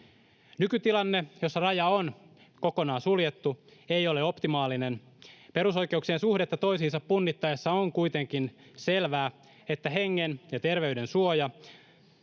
Nykytilanne, jossa raja on kokonaan suljettu, ei ole optimaalinen. Perusoikeuksien suhdetta toisiinsa punnittaessa on kuitenkin selvää, että hengen ja terveyden suoja,